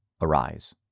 Arise